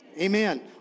Amen